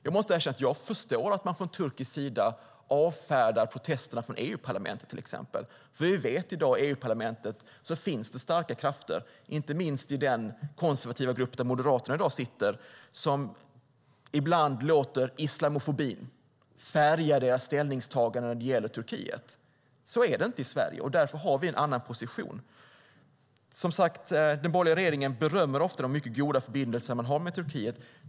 Jag förstår att man från turkisk sida avfärdar protesterna från EU-parlamentet. Vi vet att det i EU-parlamentet finns starka krafter, inte minst i den konservativa grupp där Moderaterna sitter, som ibland låter islamofobin färga ställningstagandena när det gäller Turkiet. Så är det inte i Sverige, och därför har vi en annan position. Som sagt, den borgerliga regeringen berömmer ofta de goda förbindelser man har med Turkiet.